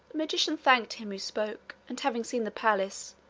magician thanked him who spoke, and having seen the palace,